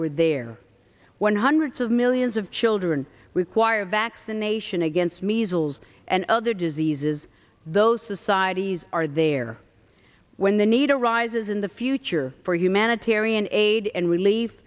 were there when hundreds of millions of children require a vaccination against measles and other diseases those societies are there when the need arises in the future for humanitarian aid and relie